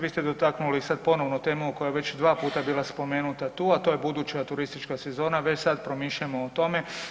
Vi ste dotaknuli sad ponovno temu koja je već dva puta bila spomenuta tu, a to je buduća turistička sezona, već sad promišljamo o tome.